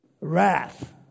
Wrath